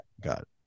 got